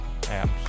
apps